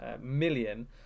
million